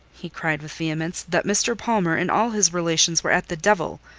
he cried with vehemence, that mr. palmer and all his relations were at the devil,